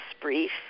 brief